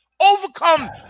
overcome